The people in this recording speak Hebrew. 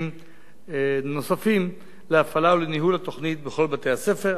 נוספים להפעלה ולניהול התוכנית בכל בתי-הספר.